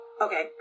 Okay